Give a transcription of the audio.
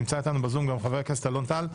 ונמצא אתנו בזום גם חבר הכנסת אלון טל.